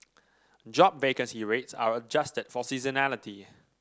job vacancy rates are adjusted for seasonality